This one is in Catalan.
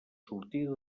sortida